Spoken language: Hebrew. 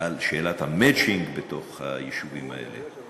על שאלת המצ'ינג בתוך היישובים האלה.